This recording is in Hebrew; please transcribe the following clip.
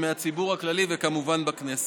מהציבור הכללי וכמובן בכנסת.